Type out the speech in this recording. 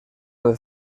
del